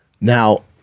Now